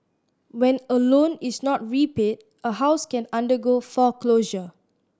when a loan is not repaid a house can undergo foreclosure